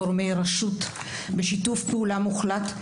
גורמי רשות בשיתוף פעולה מוחלט.